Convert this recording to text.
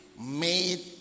made